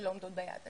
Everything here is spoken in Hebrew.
שלא עומדות ביעד.